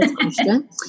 question